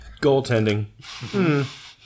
Goaltending